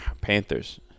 Panthers